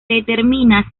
determina